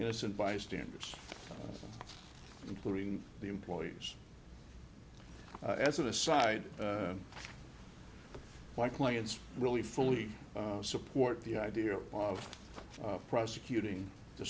innocent bystanders including the employees as an aside my clients really fully support the idea of prosecuting the